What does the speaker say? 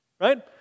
Right